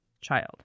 child